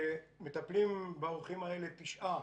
מטפלים באורחים האלה תשעה